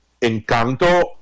Encanto